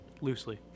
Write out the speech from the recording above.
Loosely